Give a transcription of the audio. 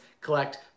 collect